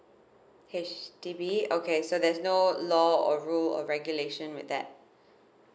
H_D_B okay so there's no law or rule or regulation with that